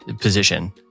position